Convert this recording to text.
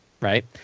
right